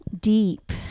deep